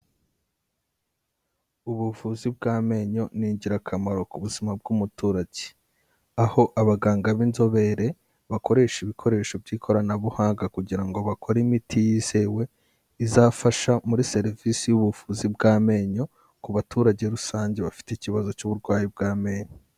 Ubuvuzi bw'amenyo ni ingirakamaro ku buzima bw'umuturage. Aho abaganga b'inzobere bakoresha ibikoresho by'ikoranabuhanga kugira ngo bakore imiti yizewe, izafasha muri serivisi y'ubuvuzi bw'amenyo ku baturage rusange bafite ikibazo cy'uburwayi bw'amenyo.